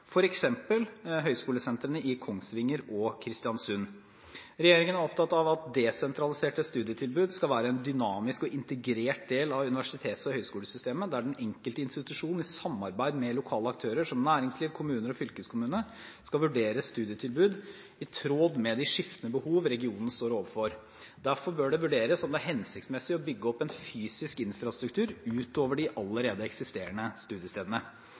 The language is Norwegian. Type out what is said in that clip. i Kongsvinger og Kristiansund. Regjeringen er opptatt av at desentraliserte studietilbud skal være en dynamisk og integrert del av universitets- og høyskolesystemet, der den enkelte institusjon i samarbeid med lokale aktører, som næringsliv, kommuner og fylkeskommune, skal vurdere studietilbud i tråd med de skiftende behov regionen står overfor. Derfor bør det vurderes om det er hensiktsmessig å bygge opp en fysisk infrastruktur utover de allerede eksisterende studiestedene.